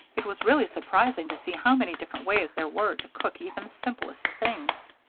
it was really surprising to see how many different ways there were to cook even the simplest things.